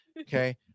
Okay